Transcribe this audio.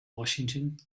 washington